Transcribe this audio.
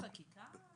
זה עניין של חקיקה?